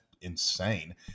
insane